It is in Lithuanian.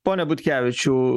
pone butkevičiau